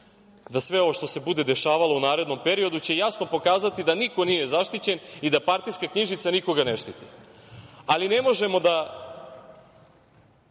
da sve ovo što se bude dešavalo u narednom periodu će jasno pokazati da niko nije zaštićen i da partijska knjižica nikoga ne štiti. Ali, ne možemo da